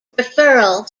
referral